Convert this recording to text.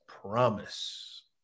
promise